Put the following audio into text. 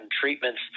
treatments